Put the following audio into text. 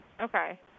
Okay